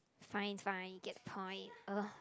fine fine you get the point !ugh!